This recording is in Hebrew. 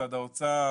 משרד האוצר